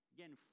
Again